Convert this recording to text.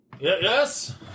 Yes